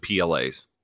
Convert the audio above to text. PLAs